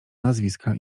nazwiska